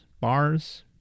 bars